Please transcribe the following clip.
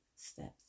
steps